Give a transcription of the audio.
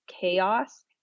chaos